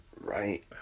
right